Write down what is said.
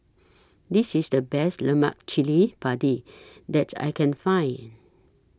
This IS The Best Lemak Chili Padi that I Can Find